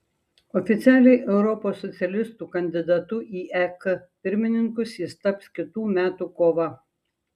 oficialiai europos socialistų kandidatu į ek pirmininkus jis taps kitų metų kovą